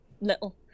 little